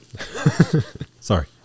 Sorry